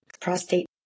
prostate